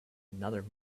another